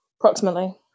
Approximately